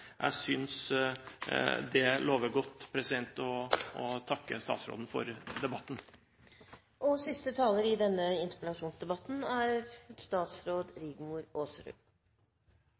Jeg synes det lover godt, og jeg takker statsråden for